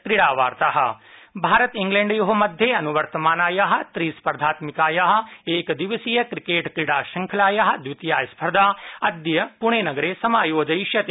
cricket Bharat इंग्लडियोः मध्ये अनुवर्तमानायाः त्रिस्पर्धात्मिकायाः एकदिवसीय क्रिकेटक्रीडा श्रृंखलायाः द्वितीया स्पर्धा अद्य पुणे नगरे समायोजयिष्यते